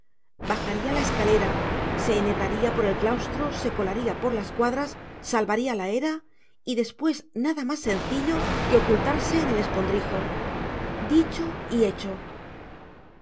oscuro bajaría la escalera se enhebraría por el claustro se colaría por las cuadras salvaría la era y después nada más sencillo que ocultarse en el escondrijo dicho y hecho